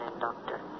Doctor